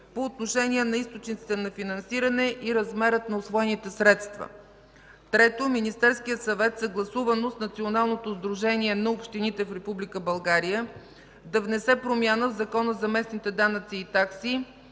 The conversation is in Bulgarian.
по отношение на източниците на финансиране и размера на усвоените средства. 3. Министерският съвет съгласувано с Националното сдружение на общините в Република България да внесе промяна в Закона за местните данъци и такси,